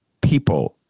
people